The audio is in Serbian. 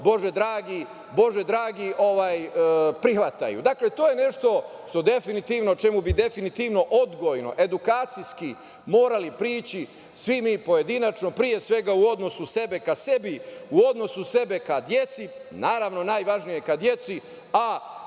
Bože dragi, prihvataju. Dakle, to je nešto čemu bi definitivno odgojno, edukacijski morali prići svi mi pojedinačno, pre svega u odnosu sebe ka sebi, u odnosu sebe ka deci, naravno najvažnije ka deci, a